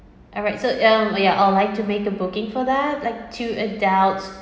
alright so um yeah I would like to make a booking for that like two adults